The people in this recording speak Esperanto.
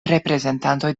reprezentantoj